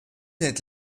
hält